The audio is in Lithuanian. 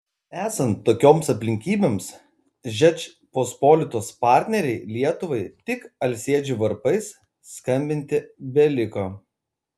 esant tokioms aplinkybėms žečpospolitos partnerei lietuvai tik alsėdžių varpais skambinti beliko